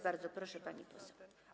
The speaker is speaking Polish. Bardzo proszę, pani poseł.